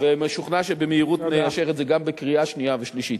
ואני משוכנע שבמהירות נאשר את זה גם בקריאה שנייה ושלישית.